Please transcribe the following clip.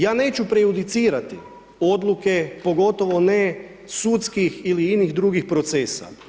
Ja neću prejudicirati odluku, pogotovo ne sudski ili inih drugih procesa.